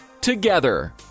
together